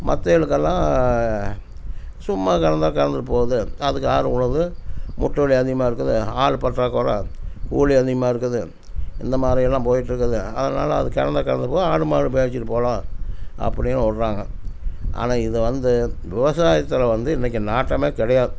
மற்றவிகளுக்கு எல்லாம் சும்மா கிடந்தா கிடந்துட்டு போகுது அதுக்கு யார் உழுது ஒட்டுண்ணி அதிகமாக இருக்குது ஆள் பற்றாக்குறை கூலி அதிகமாக இருக்குது இந்த மாதிரி எல்லாம் போய்கிட்ருக்குது அதனால் அது கிடந்தா கிடந்துட்டு போகுது ஆடு மாடு மேய்ச்சுட்டு போகலாம் அப்படின்னு விடுறாங்க ஆனால் இதை வந்து விவசாயத்தில் வந்து இன்றைக்கி நாட்டமே கிடையாது